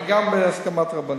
גם בהסכמת רבנים.